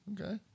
Okay